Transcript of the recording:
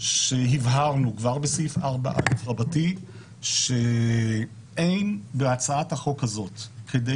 שהבהרנו כבר בסעיף 4א רבתי שאין בהצעת החוק הזאת כדי